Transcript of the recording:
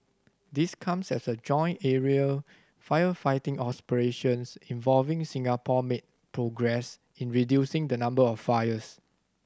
this comes as joint aerial firefighting involving Singapore made progress in reducing the number of fires